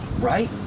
right